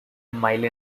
mile